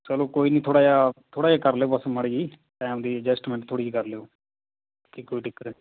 ਚਲੋ ਕੋਈ ਨਹੀਂ ਥੋੜ੍ਹਾ ਜਿਹਾ ਥੋੜ੍ਹਾ ਜਿਹਾ ਕਰ ਲਿਓ ਬਸ ਮਾੜੀ ਜਿਹੀ ਟੈਮ ਦੀ ਅਡਜਸਟਮੈਂਟ ਥੋੜ੍ਹੀ ਜਿਹੀ ਕਰ ਲਿਓ ਠੀਕ ਕੋਈ ਦਿੱਕਤ